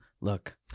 look